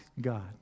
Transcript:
God